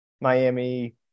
Miami